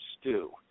stew